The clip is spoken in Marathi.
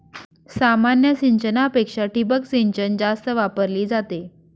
सामान्य सिंचनापेक्षा ठिबक सिंचन जास्त वापरली जाते